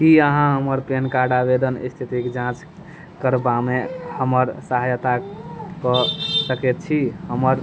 की अहाँ हमर पेनकार्ड आवेदन स्थितिक जाँच करबामे हमर सहयता कऽ सकैत छी हमर